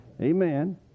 Amen